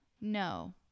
No